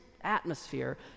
atmosphere